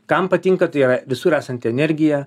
kam patinka tai yra visur esanti energija